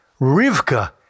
Rivka